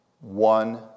one